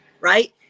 right